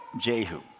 Jehu